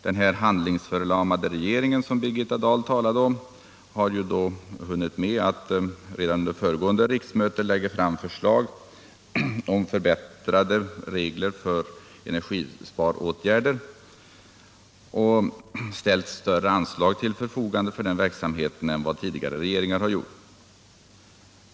Den handlingsförlamade regeringen, som Birgitta Dahl talade om, har hunnit med att redan under föregående riksmöte lägga fram förslag om förbättrade regler för energisparåtgärder, och den ställer större anslag till förfogande för den verksamheten än vad tidigare regering har gjort.